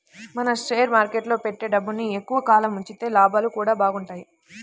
మనం షేర్ మార్కెట్టులో పెట్టే డబ్బుని ఎక్కువ కాలం ఉంచితే లాభాలు గూడా బాగుంటయ్